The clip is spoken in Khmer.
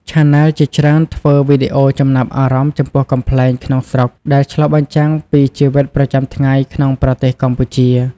ឆានែលជាច្រើនធ្វើវីដេអូចំណាប់អារម្មណ៍ចំពោះកំប្លែងក្នុងស្រុក ដែលឆ្លុះបញ្ចាំងពីជីវិតប្រចាំថ្ងៃក្នុងប្រទេសកម្ពុជា។